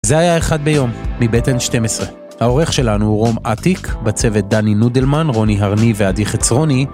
זה היה אחד ביום, מבית n12. האורך שלנו הוא רום אטיק, בצוות דני נודלמן, רוני הרני ועדי חצרוני.